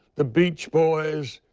the beach boys.